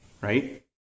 right